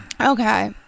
Okay